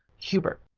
hubert!